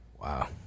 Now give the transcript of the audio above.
Wow